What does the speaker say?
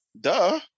Duh